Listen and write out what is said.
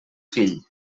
fill